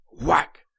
whack